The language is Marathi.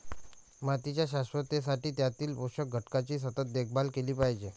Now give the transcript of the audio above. मातीच्या शाश्वततेसाठी त्यातील पोषक घटकांची सतत देखभाल केली पाहिजे